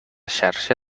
xarxa